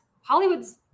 Hollywood's